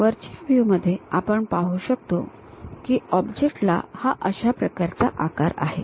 वरच्या व्ह्यू मध्ये आपण पाहू शकतो की ऑब्जेक्टला हा अशा प्रकारचा आकार आहे